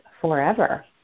forever